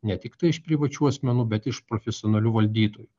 ne tiktai iš privačių asmenų bet iš profesionalių valdytojų